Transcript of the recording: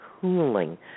cooling